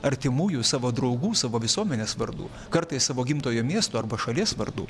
artimųjų savo draugų savo visuomenės vardu kartais savo gimtojo miesto arba šalies vardu